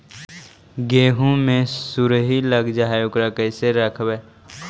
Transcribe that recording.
गेहू मे सुरही लग जाय है ओकरा कैसे रखबइ?